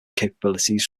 capabilities